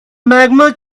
magma